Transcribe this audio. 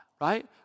right